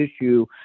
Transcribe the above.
issue